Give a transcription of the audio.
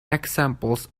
examples